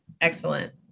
Excellent